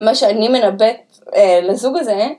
מה שאני מנבאת לזוג הזה, אה?